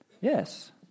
Yes